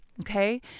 okay